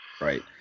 right